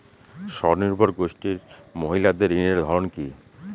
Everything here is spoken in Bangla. স্বনির্ভর গোষ্ঠীর মহিলাদের ঋণের ধরন কি?